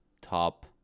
top